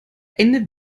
eine